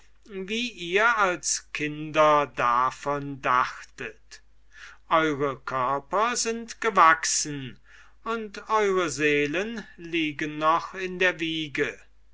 wie ihr als kinder davon dachtet eure körper sind gewachsen und eure seelen liegen noch in der wiege